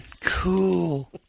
Cool